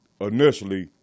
initially